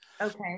okay